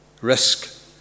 risk